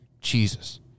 Jesus